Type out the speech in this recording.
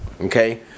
Okay